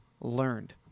learned